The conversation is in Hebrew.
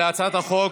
מה שאמרת,